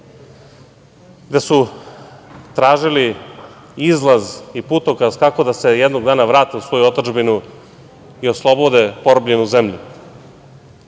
gde su tražili izlaz i putokaz kako da se jednog dana vrate u svoju otadžbinu i oslobode porobljenu zemlju.